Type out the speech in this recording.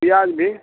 पिआज भी